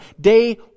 day